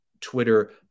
Twitter